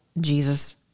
Jesus